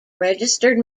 registered